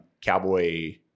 Cowboy